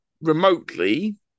remotely